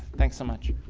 thanks so much.